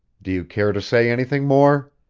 do you care to say anything more?